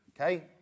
Okay